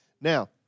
Now